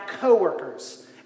co-workers